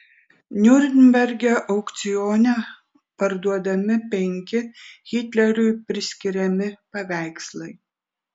niurnberge aukcione parduodami penki hitleriui priskiriami paveikslai